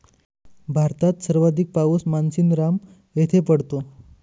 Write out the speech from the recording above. भारतात सर्वाधिक पाऊस मानसीनराम येथे पडतो